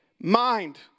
mind